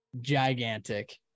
gigantic